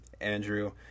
Andrew